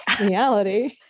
reality